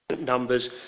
numbers